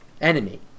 enemy